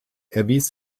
erwies